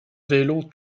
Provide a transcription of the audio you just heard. vélo